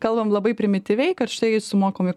kalbam labai primityviai kad štai sumokami